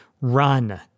Run